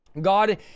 God